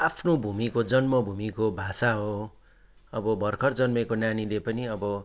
आफ्नो भूमिको जन्म भूमिको भाषा हो अब भर्खर जन्मेको नानीले पनि अब